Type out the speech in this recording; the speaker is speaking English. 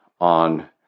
on